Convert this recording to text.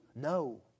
No